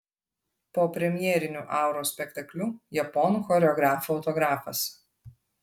po premjeriniu auros spektakliu japonų choreografo autografas